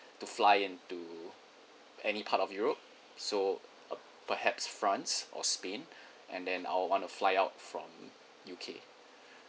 to fly into any part of europe so perhaps france or spain and then I'll want to fly out from U_K